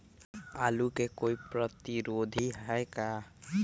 आलू के कोई प्रतिरोधी है का?